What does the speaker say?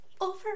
Over